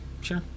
sure